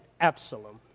Absalom